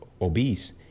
obese